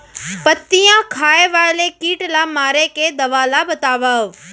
पत्तियां खाए वाले किट ला मारे के दवा ला बतावव?